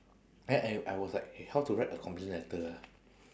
I I I was like eh how to write a complain letter ah